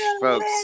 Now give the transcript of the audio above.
folks